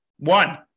One